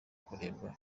kurebwa